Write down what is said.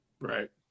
right